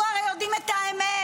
אנחנו הרי יודעים את האמת,